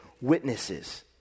witnesses